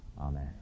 amen